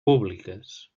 públiques